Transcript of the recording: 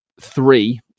three